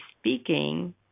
speaking